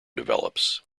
develops